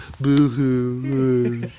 Boo-hoo